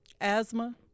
Asthma